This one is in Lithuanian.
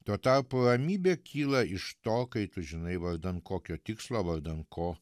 tuo tarpu ramybė kyla iš to kai tu žinai vardan kokio tikslo vardan ko